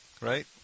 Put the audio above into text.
right